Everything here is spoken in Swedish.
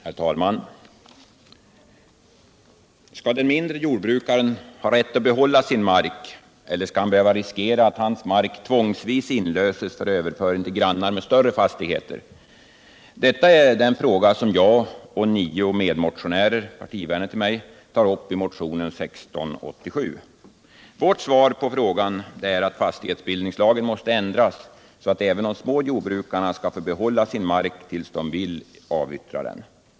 Herr talman! Skall den mindre jordbrukaren ha rätt att behålla sin mark, eller skall han behöva riskera att hans mark tvångsvis inlöses för överföring till grannar med större fastigheter? Detta är den fråga som jag och nio medmotionärer — partivänner till mig - tar upp i motionen 1687. Vårt svar på frågan är att fastighetsbildningslagen måste ändras så att även de små jordbrukarna skall få behålla sin mark tills de vill avyttra den.